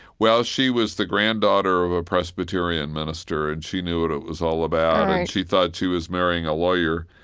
well, she was the granddaughter of a presbyterian minister and she knew what it was all about, and she thought she was marrying a lawyer.